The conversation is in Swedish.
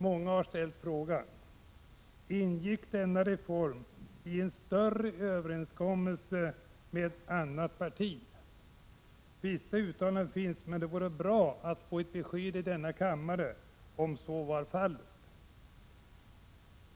Många har ställt frågan: Ingick denna reform i en större överenskommelse med annat parti? Vissa uttalanden finns, men det vore bra att få ett besked i denna kammare om huruvida så var fallet.